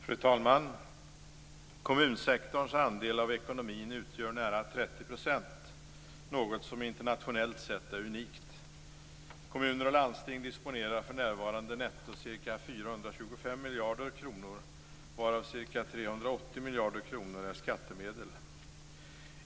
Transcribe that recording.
Fru talman! Kommunsektorns andel av ekonomin utgör nära 30%, något som internationellt sett är unikt. Kommuner och landsting disponerar för närvarande netto ca 425 miljarder kronor, varav ca 380 miljarder kronor är skattemedel.